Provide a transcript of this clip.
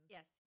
Yes